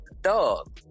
dog